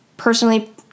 personally